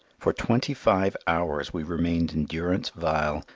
for twenty-five hours we remained in durance vile,